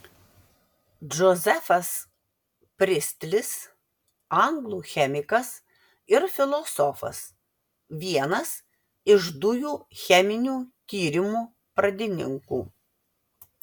džozefas pristlis anglų chemikas ir filosofas vienas iš dujų cheminių tyrimų pradininkų